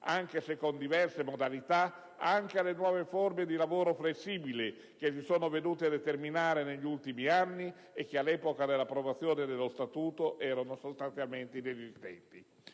(anche se con diverse modalità) anche alle nuove forme di lavoro flessibili che si sono venute a determinare negli ultimi anni e che all'epoca dell'approvazione dello Statuto erano sostanzialmente inesistenti.